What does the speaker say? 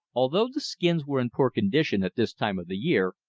although the skins were in poor condition at this time of the year,